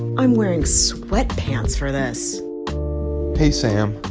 i'm wearing sweatpants for this hey, sam.